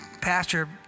Pastor